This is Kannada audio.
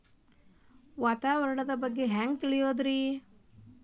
ವಾತಾವರಣದ ಬಗ್ಗೆ ಹ್ಯಾಂಗ್ ತಿಳಿಯೋದ್ರಿ?